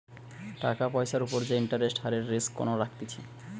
টাকার পয়সার উপর যে ইন্টারেস্ট হারের রিস্ক কোনো থাকতিছে